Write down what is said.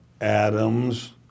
Adams